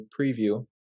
preview